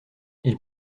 ils